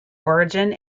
origin